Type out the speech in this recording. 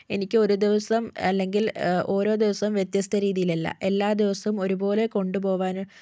എനിക്കൊരു ദിവസം അല്ലെങ്കിൽ ഓരോ ദിവസം വ്യത്യസ്ഥ രീതിയിലല്ല എല്ലാ ദിവസവും ഒരുപോലെ കൊണ്ട് പോകാൻ